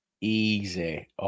easy